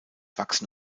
wachsen